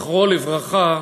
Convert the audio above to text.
זכרו לברכה,